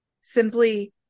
simply